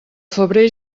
febrer